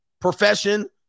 profession